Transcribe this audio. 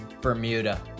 Bermuda